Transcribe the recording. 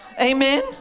Amen